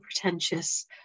pretentious